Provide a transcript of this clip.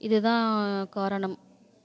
இதுதான் காரணம்